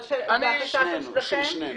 של שניכם?